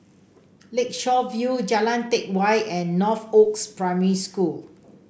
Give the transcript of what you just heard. Lakeshore View Jalan Teck Whye and Northoaks Primary School